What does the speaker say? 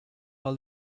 all